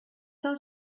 del